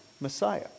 Messiah